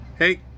Hey